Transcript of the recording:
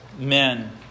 men